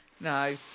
no